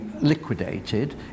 liquidated